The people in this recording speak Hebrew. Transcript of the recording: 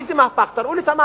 איזה מהפך?